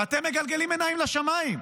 ואתם מגלגלים עיניים לשמיים.